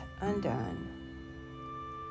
undone